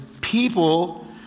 people